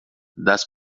das